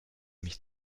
mich